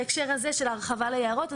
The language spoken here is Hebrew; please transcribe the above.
בהקשר הזה של הרחבה ליערות,